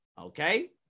okay